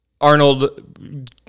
Arnold